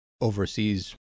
overseas